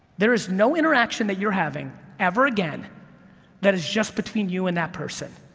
there is no interaction that you're having ever again that is just between you and that person.